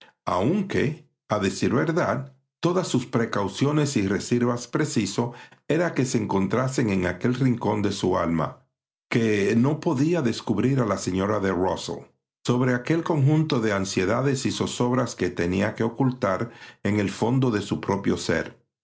aunque a decir verdad todas sus precauciones y reservas preciso era que se concentrasen en aquel rincón de su alma que no podía descubrir a la señora de rusell sobre aquel conjunto de ansiedades y zozobras que tenía que ocultar en el fondo de su propio ser